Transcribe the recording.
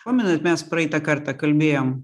pamenat mes praeitą kartą kalbėjom